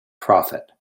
profit